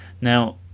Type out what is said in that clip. Now